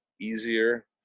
easier